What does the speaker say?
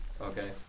Okay